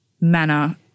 manner